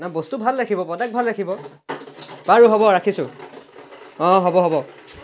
না বস্তু ভাল ৰাখিব প্ৰডাক্ট ভাল ৰাখিব বাৰু হ'ব ৰাখিছো অ' হ'ব হ'ব